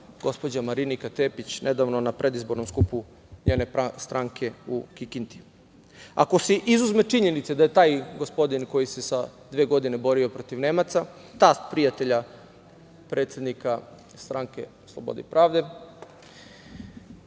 gospođa Marinika Tepić nedavno na predizbornom skupu njene stranke u Kikindi. Ako se izuzme činjenica da je taj gospodin koji se sa dve godine borio protiv Nemaca tast prijatelja predsednika Stranke slobode i pravde,